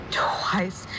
twice